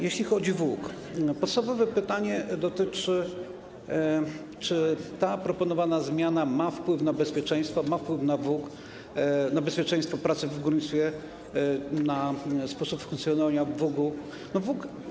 Jeśli chodzi o WUG, to podstawowe pytanie dotyczy, czy proponowana zmiana ma wpływ na bezpieczeństwo, ma wpływ na WUG, na bezpieczeństwo pracy w górnictwie, na sposób funkcjonowania WUG-u.